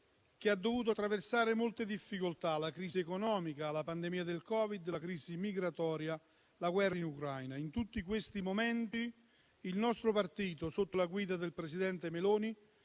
che ha dovuto attraversare molte difficoltà: la crisi economica, la pandemia del Covid, la crisi migratoria, la guerra in Ucraina. In tutti questi momenti, il nostro partito - sotto la guida del presidente Meloni